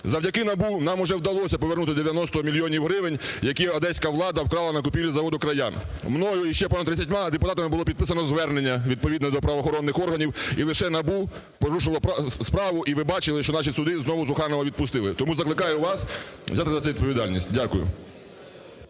Завдяки НАБУ нам вже вдалося повернути 90 мільйонів гривень, які одеська влада вкрала на купівлі заводу "Краян". Мною і ще понад тридцятьма депутатами було підписане звернення відповідне до правоохоронних органів. І лише НАБУ порушило справу, і ви бачили, що наші суди зновуТруханова відпустили. Тому закликаю вас взяти за це відповідальність. Дякую.